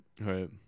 Right